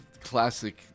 classic